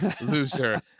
loser